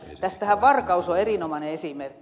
tästähän varkaus on erinomainen esimerkki